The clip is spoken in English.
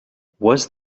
was